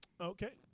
Okay